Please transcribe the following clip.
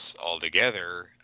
altogether